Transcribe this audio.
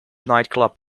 nightclub